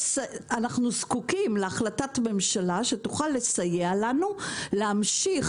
אנחנו זקוקים להחלטת ממשלה שתוכל לסייע לנו להמשיך